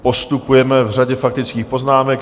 Postupujeme v řadě faktických poznámek.